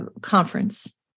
conference